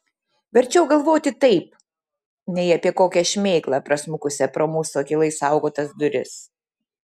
verčiau galvoti taip nei apie kokią šmėklą prasmukusią pro mūsų akylai saugotas duris